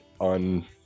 on